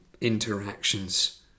interactions